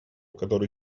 который